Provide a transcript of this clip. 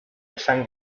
esan